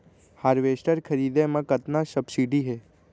Harvester खरीदे म कतना सब्सिडी हे?